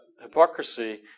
Hypocrisy